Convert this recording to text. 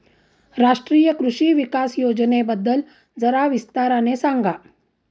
राष्ट्रीय कृषि विकास योजनेबद्दल जरा विस्ताराने सांगा